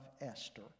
Esther